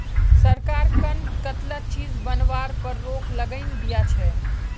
सरकार कं कताला चीज बनावार पर रोक लगइं दिया छे